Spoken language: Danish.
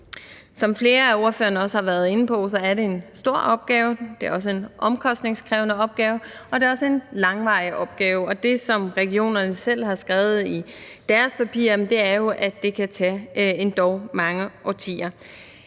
Som flere af ordførerne også har været inde på, er det en stor opgave; det er også en omkostningskrævende opgave, og det er også en langvarig opgave. Men det, som regionerne selv har skrevet i deres papirer, er jo, at det kan tage endog mange årtier.